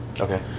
Okay